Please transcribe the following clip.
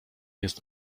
jest